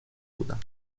بودم